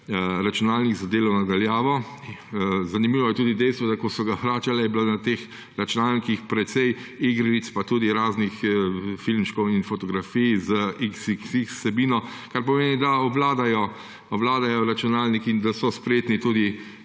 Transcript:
računalnik za delo na daljavo. Zanimivo je tudi dejstvo, da ko so jih vračali, je bilo na teh računalnikih precej igric pa tudi raznih filmčkov in fotografij z vsebino XXX, kar pomeni, da obvladajo računalnik in da so spretni tudi